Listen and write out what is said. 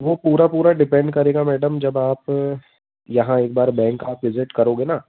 वो पूरा पूरा डिपेंड करेगा मैडम जब आप यहाँ एक बार बैंक आप विज़िट करोगे ना